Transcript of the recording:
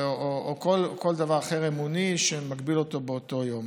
או כל דבר אחר אמוני שמגביל אותו באותו יום,